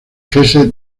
hesse